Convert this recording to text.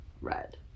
red